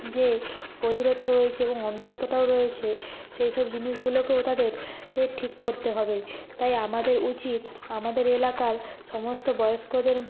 যে বধিরতা রয়েছে এবং অন্ধত্বটাও রয়েছে সেই সব জিনিসগুলোকেও তাদেরকে ঠিক করতে হবে তাই আমাদের উচিত আমাদের এলাকার সমস্ত বয়স্কদের